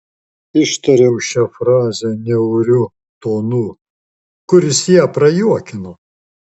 ištariau šią frazę niauriu tonu kuris ją prajuokino